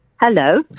Hello